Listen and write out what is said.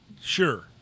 Sure